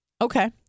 Okay